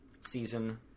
season